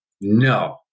No